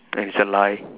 that is a lie